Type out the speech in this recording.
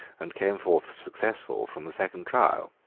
and came forth successful from the second trial.